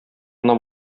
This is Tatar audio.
гына